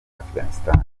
afghanistan